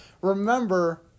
Remember